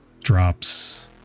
drops